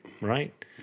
Right